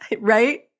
Right